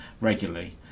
regularly